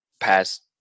past